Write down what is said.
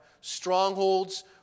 Strongholds